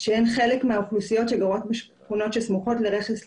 שהן חלק מהאוכלוסיות שגרות בשכונות שסמוכות לרכס לבן.